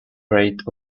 rate